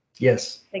Yes